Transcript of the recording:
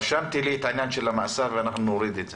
רשמתי לי את העניין של המאסר ואנחנו נוריד את זה.